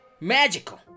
Magical